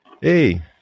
Hey